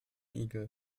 igel